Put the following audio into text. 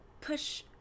push